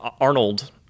Arnold